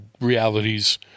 realities